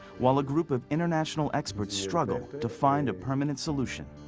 while a group of international experts struggle to fiind a permanent solution.